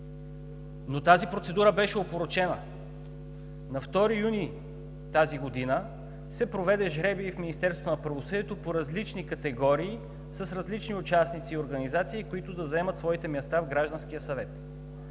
Но тази процедура беше опорочена. На 2 юни тази година се проведе жребий в Министерството на правосъдието по различни категории, с различни участници и организации, които да заемат своите места в Гражданския съвет.